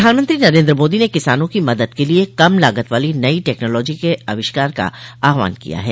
प्रधानमंत्री नरेन्द्र मोदी ने किसानों की मदद के लिए कम लागत वाली नई टैक्नोलॉजी के अविष्कार का आह्वान किया है